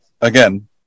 again